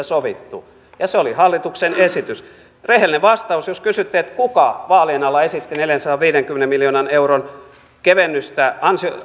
sovittu ja se oli hallituksen esitys rehellinen vastaus jos kysytte kuka vaalien alla esitti neljänsadanviidenkymmenen miljoonan euron kevennystä